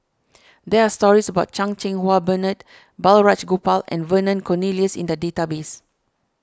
there are stories about Chan Cheng Wah Bernard Balraj Gopal and Vernon Cornelius in the database